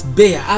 bear